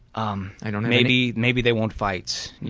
um maybe maybe they won't fight.